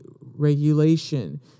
regulation